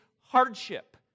hardship